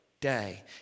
day